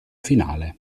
finale